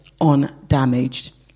undamaged